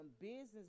business